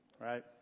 right